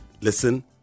Listen